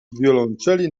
wiolonczeli